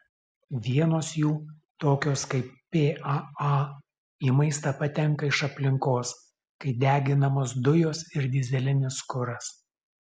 vienos jų tokios kaip paa į maistą patenka iš aplinkos kai deginamos dujos ir dyzelinis kuras